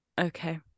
Okay